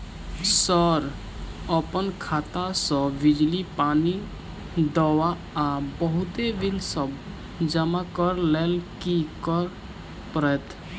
Sir अप्पन खाता सऽ बिजली, पानि, दवा आ बहुते बिल सब जमा करऽ लैल की करऽ परतै?